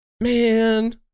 Man